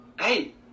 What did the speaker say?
Hey